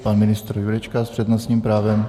Pan ministr Jurečka s přednostním právem.